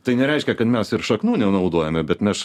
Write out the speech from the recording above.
tai nereiškia kad mes ir šaknų nenaudojame bet mes